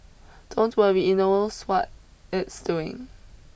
don't worry it knows what it's doing